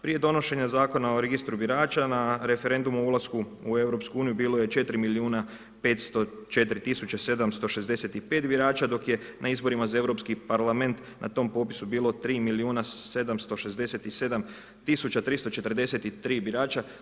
Prije donošenje Zakona o registru birača na referendumu o ulasku u Europsku uniju bilo je 4 milijun 504 tisuće 765 birača, dok je na izborima za Europski parlament na tom popisu bilo 3 milijuna 767 tisuća 343 birača.